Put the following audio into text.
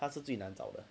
他是最难找的